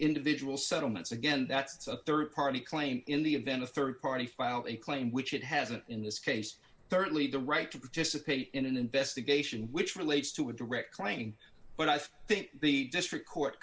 individual settlements again that's a rd party claim in the event a rd party filed a claim which it hasn't in this case certainly the right to participate in an investigation which relates to a direct claiming but i think the district court